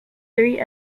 three